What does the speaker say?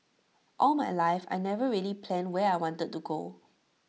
all my life I never really planned where I wanted to go